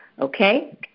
Okay